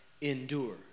endure